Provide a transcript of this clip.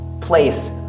place